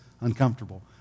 uncomfortable